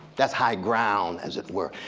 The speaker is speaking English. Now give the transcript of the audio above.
that's high ground as it were,